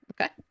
Okay